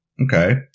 okay